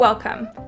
Welcome